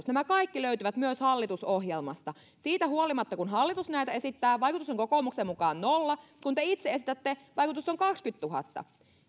nämä kaikki löytyvät myös hallitusohjelmasta siitä huolimatta kun hallitus näitä esittää vaikutus on kokoomuksen mukaan nolla kun te itse esitätte vaikutus on kahdennenkymmenennentuhannennen